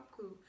cool